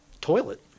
toilet